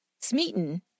Smeaton